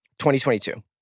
2022